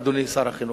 אדוני שר החינוך.